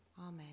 Amen